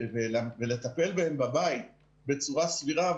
ולטפל בהם בבית בצורה סבירה,